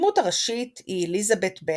הדמות הראשית היא אליזבת בנט,